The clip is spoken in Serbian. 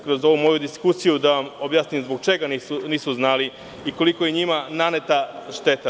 Kroz ovu moju diskusiju ću da objasnim zbog čega nisu znali i koliko je njima naneta šteta.